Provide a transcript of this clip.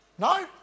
No